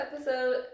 episode